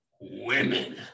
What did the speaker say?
women